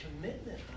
commitment